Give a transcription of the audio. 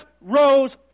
rose